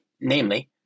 Namely